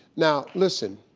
now listen,